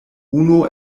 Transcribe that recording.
unu